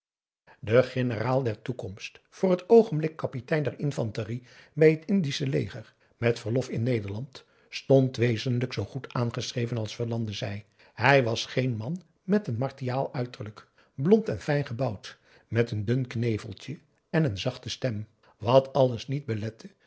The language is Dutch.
de generaal der toekomst voor het oogenblik kapitein der infanterie bij het indische leger met verlof in nederland stond wezenlijk zoo goed aangeschreven als verlande zei hij was geen man met een martiaal uiterlijk blond en fijn gebouwd met een dun kneveltje en een zachte stem wat alles niet belette